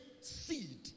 seed